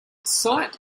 site